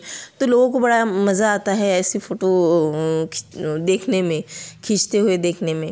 तो लोगों को बड़ा मज़ा आता है ऐसी फ़ोटो देखने में खींचते हुए देखने में तो